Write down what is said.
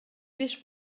беш